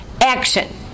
action